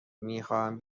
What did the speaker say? میخواهم